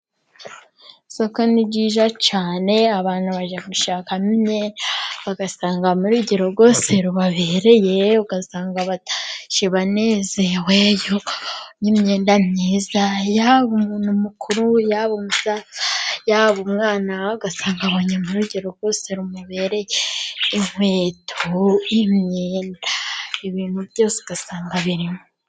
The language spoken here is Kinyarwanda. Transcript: Isoko ni ryiza cyane, abantu bajya gushakamo imyenda, bagasangamo urugero rwose rubabereye, ugasanga batashye banezerewe kuko babonye imyenda myiza. Yaba umuntu mukuru, yaba umusaza, yaba umwana, agasanga abonyemo urugero rwose rumubereye. Inkweto, imyenda, ibintu byose ugasanga birimo.